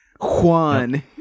Juan